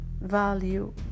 value